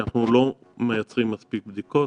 שאנחנו לא מייצרים מספיק בדיקות.